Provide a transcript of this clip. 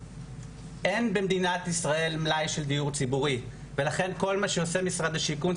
אין במדינת ישראל מלאי של דיור ציבורי ולכן כל מה שעושה משרד השיכון,